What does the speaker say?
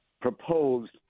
proposed